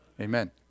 Amen